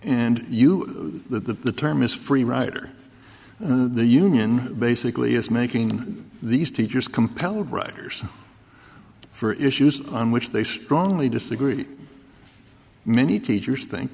and you the term is free rider the union basically is making these teachers compelling writers for issues on which they strongly disagree many teachers